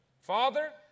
Father